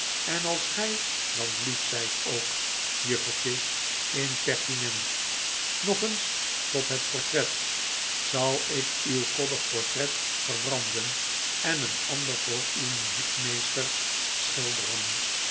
en als gy dan lief zijt ook juftertje inpertinent nog eens tot het portret zal ik uw koddig portret verbranden en een ander voor uw muziekmeester schilderen